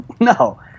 No